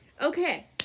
okay